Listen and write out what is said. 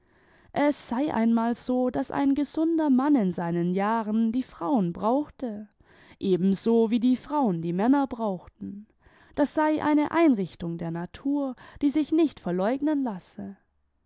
es sei einmal so daß ein gesunder mann in seinen jahren die frauen brauchte ebenso wie die frauen die männer brauchten das sei eine einrichtung der natur die sich nicht verleugnen lasse